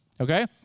Okay